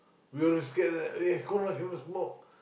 we'll have to scared that in air con lah cannot smoke